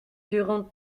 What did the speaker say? durant